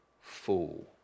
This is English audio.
fool